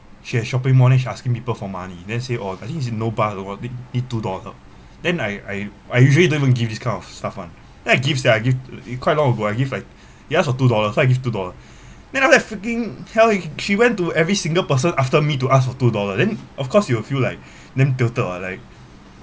she at shopping mall then she asking people for money then say oh I think it's no bus or what need two dollar then I I I usually don't even give this kind of stuff one then I gives sia I give to quite a long ago I give like she ask for two dollar so I give two dollars then after that fricking hell s~ she went to every single person after me to ask for two dollar then of course you will feel like name tilted or like